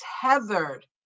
tethered